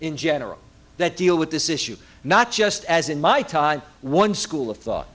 in general that deal with this issue not just as in my time one school of thought